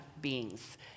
beings